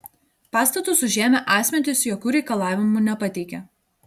pastatus užėmę asmenys jokių reikalavimų nepateikė